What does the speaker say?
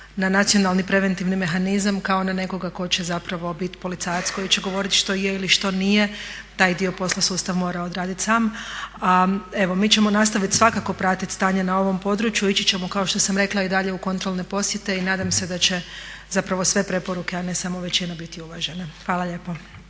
na Nacionalni preventivni mehanizam kao na nekoga tko će zapravo bit policajac, koji će govoriti što je ili što nije. Taj dio posla sustav mora odradit sam. A evo, mi ćemo nastavit svakako pratiti stanje na ovom području, ići ćemo kao što sam rekla i dalje u kontrolne posjete i nadam se da će zapravo sve preporuke, a ne samo većina biti uvažena. Hvala lijepo.